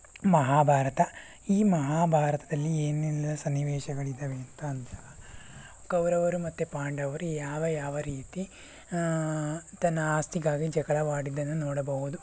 ಮಹಾಭಾರತ ಈ ಮಹಾಭಾರತದಲ್ಲಿ ಏನೆಲ್ಲ ಸನ್ನಿವೇಶಗಳು ಇದ್ದಾವೆ ಅಂತ ಅಂದ ಕೌರವರು ಮತ್ತೆ ಪಾಂಡವರು ಯಾವ ಯಾವ ರೀತಿ ತನ್ನ ಆಸ್ತಿಗಾಗಿ ಜಗಳವಾಡಿದ್ದನ್ನು ನೋಡಬಹುದು